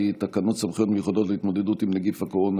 תקנות סמכויות מיוחדות להתמודדות עם נגיף הקורונה